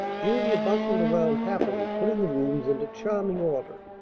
julia bustled around happily, putting the rooms into charming order,